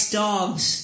dogs